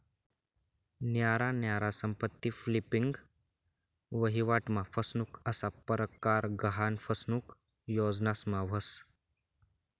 न्यारा न्यारा संपत्ती फ्लिपिंग, वहिवाट मा फसनुक असा परकार गहान फसनुक योजनास मा व्हस